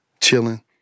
chilling